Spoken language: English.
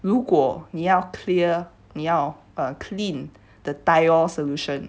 如果你要 clear 你要 uh clean the thiol solution